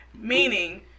Meaning